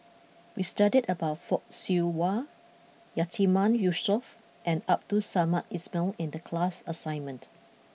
we studied about Fock Siew Wah Yatiman Yusof and Abdul Samad Ismail in the class assignment